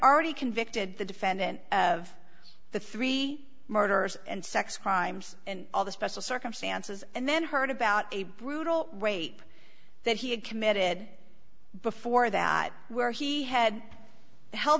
already convicted the defendant of the three murders and sex crimes and all the special circumstances and then heard about a brutal rape that he had committed before that where he had h